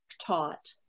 taught